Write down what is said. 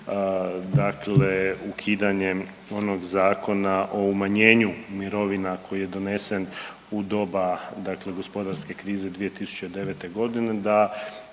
ukidanjem onog zakona o umanjenju mirovina koji je donese u doba gospodarske krize 2009.g. da